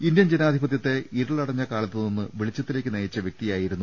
Indian ജനാധിപത്യത്തെ ഇരുളടഞ്ഞ കാലത്തുനിന്ന് വെളി ച്ചത്തിലേക്ക് നയിച്ച വൃക്തിയായിരുന്നു എ